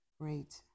great